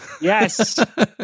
Yes